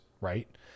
right